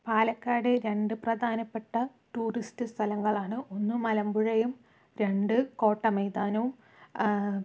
പാലക്കാട് രണ്ടു പ്രധാനപ്പെട്ട ടൂറിസ്റ്റ് സ്ഥലങ്ങളാണ് ഒന്ന് മലമ്പുഴയും രണ്ട് കോട്ടമൈതാനവും